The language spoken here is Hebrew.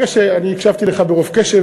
אני הקשבתי לך ברוב קשב,